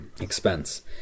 expense